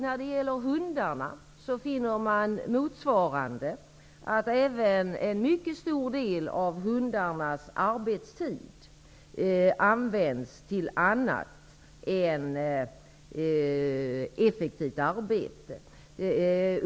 När det gäller hundarna finner man motsvarande situation. Även en mycket stor del av hundarnas arbetstid används till annat än effektivt arbete.